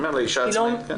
לאישה עצמאית, כן.